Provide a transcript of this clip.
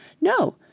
No